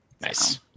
nice